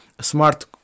smart